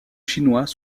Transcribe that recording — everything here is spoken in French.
chinois